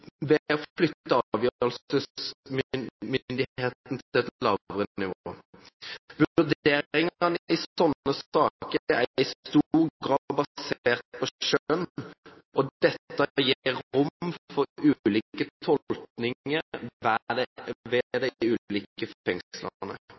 ved å flytte avgjørelsesmyndigheten til et lavere nivå. Vurderingene i sånne saker er i stor grad basert på skjønn, og dette gir rom for ulike tolkninger ved de